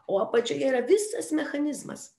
o apačioje yra visas mechanizmas